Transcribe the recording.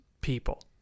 people